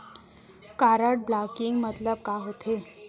Card blocking मतलब का होथे?